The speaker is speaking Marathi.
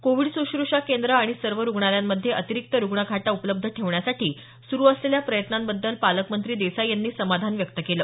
कोविड सुश्रुषा केंद्र आणि सर्व रुग्णालयांमध्ये अतिरिक्त रुग्णखाटा उपलब्ध ठेवण्यासाठी सुरू असलेल्या प्रयत्नांबद्दल पालकमंत्री देसाई यांनी समाधान व्यक्त केलं